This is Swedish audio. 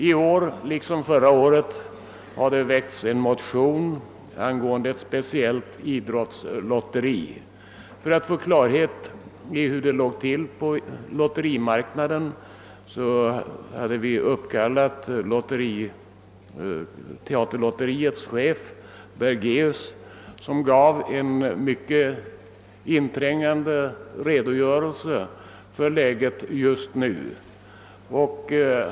I år liksom förra året har det väckts ett motionspar angående ett speciellt idrottslotteri. För att få klarhet i hur det ligger till på lotterimarknaden tillkallade vi teaterlotteriets chef Bergérus, som gav en mycket inträngande redogörelse för situationen just nu.